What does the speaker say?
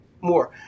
more